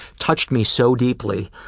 touched me so deeply